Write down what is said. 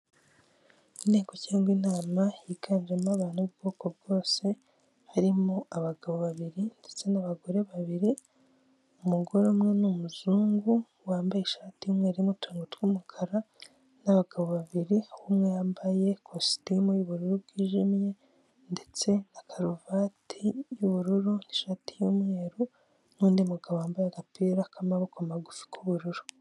Inteko cyangwa inama yiganjemo abantu ubwoko bwose harimo; abagabo babiri ndetse n'abagore babiri. Umugore umwe n'umuzungu wambaye ishati imwe n'utuntu tw'umukara n'abagabo babiri umwe yambaye ikositimu y'ubururu bwijimye ndetse na karuvati y'ubururu n'ishati y'umweru, n'undi mugabo wambaye agapira k'amaboko magufi k'ubururu.